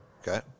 okay